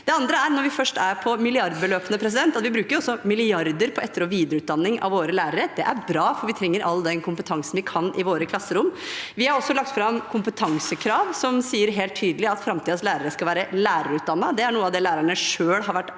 det andre: Når vi først er inne på milliardbeløp, må man også huske at vi bruker milliarder på etter- og videreutdanning av våre lærere. Det er bra, for vi trenger all den kompetansen vi kan få i våre klasserom. Vi har også lagt fram kompetansekrav som sier helt tydelig at framtidens lærere skal være lærerutdannede. Det er noe av det lærerne selv har vært